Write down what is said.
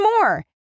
more